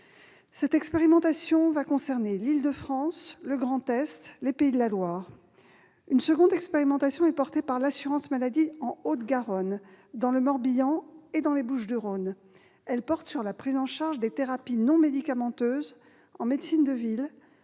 Cette expérimentation sera menée en Île-de-France, dans le Grand Est et dans les Pays de la Loire. Une seconde expérimentation est portée par l'assurance maladie en Haute-Garonne, dans le Morbihan et dans les Bouches-du-Rhône. Elle porte sur la prise en charge des thérapies non médicamenteuses en médecine de ville